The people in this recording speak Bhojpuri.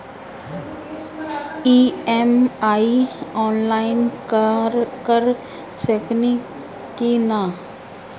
ई.एम.आई आनलाइन कर सकेनी की ना?